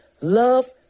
love